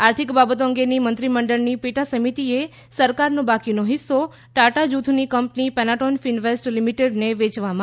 આર્થિક બાબતો અંગેની મંત્રીમંડળની પેટા સમિતિએ સરકારનો બાકીનો હિસ્સો ટાટા જૂથની કંપની પેનાટોન ફિનવેસ્ટ લિમિટેડને વેચવામાં આવશે